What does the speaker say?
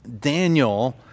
Daniel